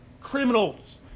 criminals